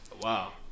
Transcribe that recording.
Wow